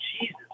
Jesus